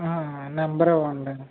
number ఇవ్వండి